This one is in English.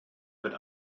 but